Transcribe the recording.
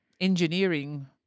engineering